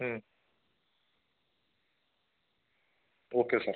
okay sir